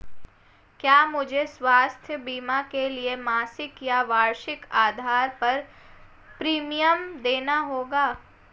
क्या मुझे स्वास्थ्य बीमा के लिए मासिक या वार्षिक आधार पर प्रीमियम देना होगा?